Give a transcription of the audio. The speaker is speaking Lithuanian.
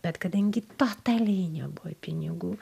bet kadangi totaliai nebuvo pinigų